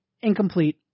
incomplete